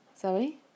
Zoe